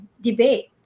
debate